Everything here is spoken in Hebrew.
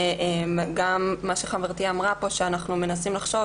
העלתה, שאנחנו מנסים לחשוב